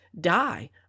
die